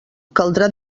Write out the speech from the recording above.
caldrà